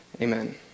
Amen